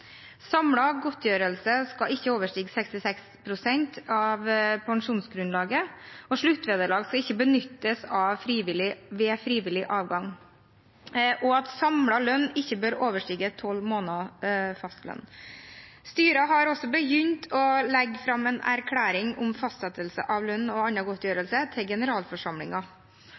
godtgjørelse skal ikke overstige 66 pst. av pensjonsgrunnlaget, sluttvederlag skal ikke benyttes ved frivillig avgang, og samlet lønn bør ikke overstige tolv måneders fastlønn. Styret har også begynt å legge fram en erklæring om fastsettelse av lønn og